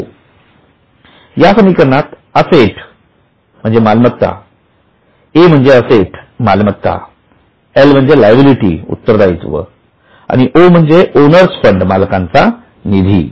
A L O या समीकरणात A asset मालमत्ता L लायबिलिटी उत्तरदायित्व आणि o ओनर्स फंड मालकांचा निधी